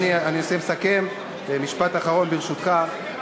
אנסה לסכם, אדוני, במשפט אחרון, ברשותך.